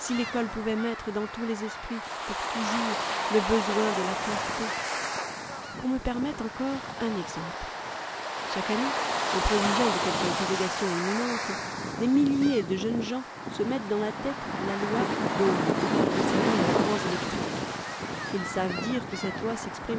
l'ecole pouvait mettre dans tous les esprits pour toujours le besoiw de la clarté qu'on me permette encore un exemple chaque année en prévision de quelque interrogation imminente des milliers de jeunes gens se mettent dans la tête la loi d'ohm concernant les courants électriques s'ils savent dire que cette loi